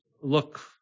look